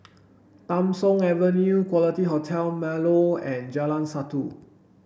Tham Soong Avenue Quality Hotel Marlow and Jalan Satu